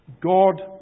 God